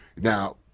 Now